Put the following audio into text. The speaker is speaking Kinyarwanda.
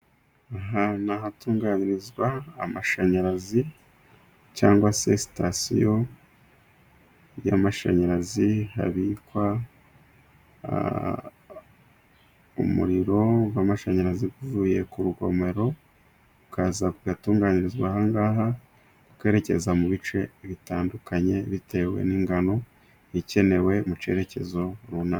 Aha ni ahatunganyirizwa amashanyarazi cyangwa se sitasiyo y'amashanyarazi, habikwa umuriro w'amashanyarazi uvuye ku rugomero, ukaza ugatunganyirizwa aha ngaha, ukererekeza mu bice bitandukanye bitewe n'ingano ikenewe mu cyerekezo runaka.